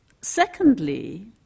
Secondly